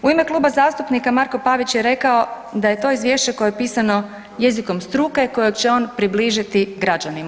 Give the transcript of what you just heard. U ime kluba zastupnika Marko Pavić je rekao da je to Izvješće koje je pisano jezikom struke koje će on približiti građanima.